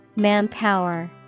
Manpower